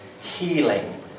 healing